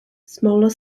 smaller